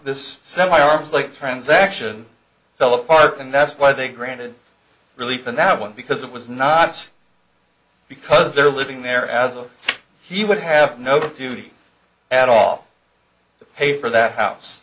this semi arms like transaction fell apart and that's why they granted relief in that one because it was not because they're living there as though he would have no duty at all to pay for that house